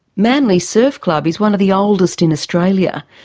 manly surf club is one of the oldest in australia.